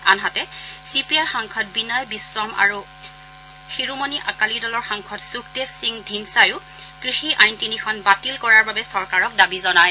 আনহাতে চি পি আইৰ সাংসদ বিনয় বিশ্বম আৰু শিৰোমণি আকালি দলৰ সাংসদ সুখদেৱ সিং ধিন্দ্ছায়ো কৃষি আইন তিনিখন বাতিল কৰাৰ বাবে চৰকাৰক দাবী জনায়